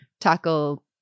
tackle